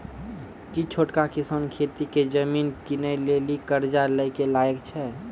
कि छोटका किसान खेती के जमीन किनै लेली कर्जा लै के लायक छै?